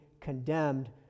condemned